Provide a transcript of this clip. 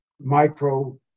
micro